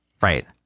Right